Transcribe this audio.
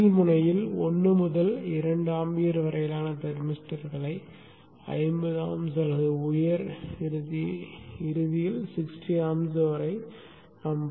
கீழ் முனையில் 1 முதல் 2 ஆம்பியர் வரையிலான தெர்மிஸ்டர்களை 50 ஆம்ப்ஸ் அல்லது உயர் இறுதியில் 60 ஆம்ப்ஸ் வரை காணலாம்